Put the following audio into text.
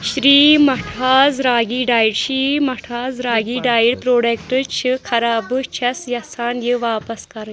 شری مٹھاز راگی ڈای Shri Mithas Ragi diet product چھ خراب بہٕ چھس یژھان یہِ واپس کرٕنۍ